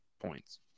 points